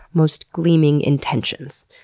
most gleaming intentions.